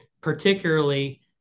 particularly